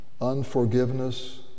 unforgiveness